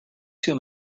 two